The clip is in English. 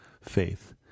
faith